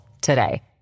today